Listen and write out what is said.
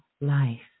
life